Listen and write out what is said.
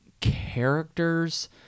characters